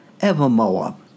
evermore